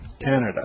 Canada